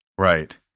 Right